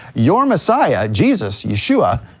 your messiah, jesus, yeshua,